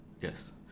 Yes